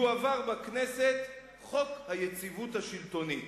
"יועבר בכנסת 'חוק היציבות השלטונית'.